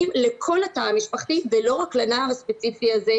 לכל התא המשפחתי ולא רק לנער הספציפי הזה,